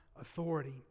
authority